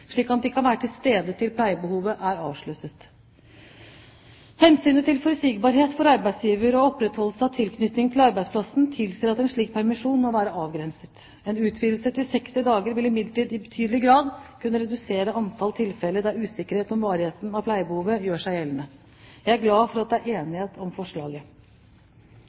slik at de kan være til stede til pleiebehovet er avsluttet. Hensynet til forutsigbarhet for arbeidsgiver og opprettholdelse av tilknytning til arbeidsplassen tilsier at en slik permisjon må være avgrenset. En utvidelse til 60 dager vil imidlertid i betydelig grad kunne redusere antall tilfeller der usikkerhet om varigheten av pleiebehovet gjør seg gjeldende. Jeg er glad for at det er enighet om forslaget.